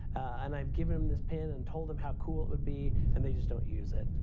and i've given them this pen and told them how cool it would be and they just don't use it.